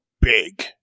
big